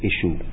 issue